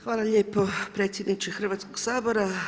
Hvala lijepo predsjedniče Hrvatskog sabora.